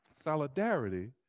solidarity